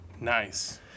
Nice